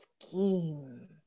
scheme